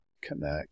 connect